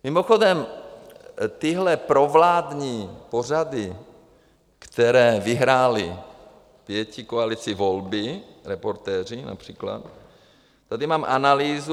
Mimochodem, tyhle provládní pořady, které vyhrály pětikoalici volby Reportéři, například tady mám analýzu.